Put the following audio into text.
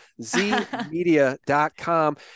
Zmedia.com